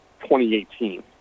2018